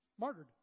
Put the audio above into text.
martyred